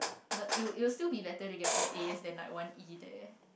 but it it will still be better to get all As then one E there